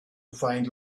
find